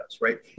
right